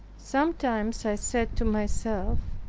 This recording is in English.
sometimes i said to myself,